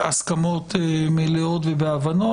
בהסכמות מלאות ובהבנות,